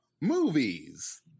movies